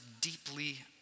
deeply